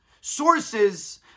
sources